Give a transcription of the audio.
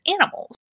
animals